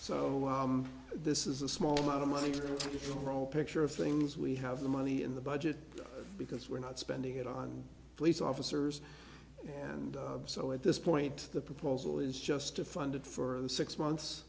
so this is a small amount of money for all picture of things we have the money in the budget because we're not spending it on police officers and so at this point the proposal is just to funded for the six months